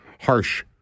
harsh